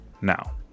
now